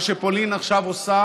מה שפולין עכשיו עושה